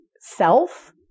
self